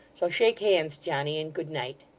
so shake hands, johnny, and good night